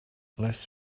less